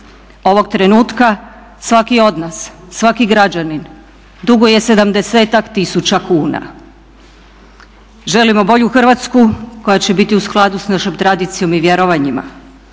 Ovog trenutka svaki od nas, svaki građanin duguje sedamdesetak tisuća kuna. Želimo bolju Hrvatsku koja će biti u skladu s našom tradicijom i vjerovanjima,